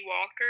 Walker